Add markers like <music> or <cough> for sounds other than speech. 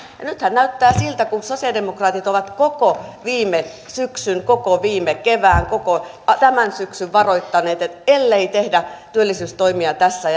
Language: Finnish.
nythän näyttää siltä kuin sosialidemokraatit ovat koko viime syksyn koko viime kevään koko tämän syksyn varoittaneet että ellei tehdä työllisyystoimia tässä <unintelligible>